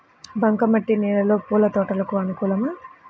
బంక మట్టి నేలలో పూల తోటలకు అనుకూలమా?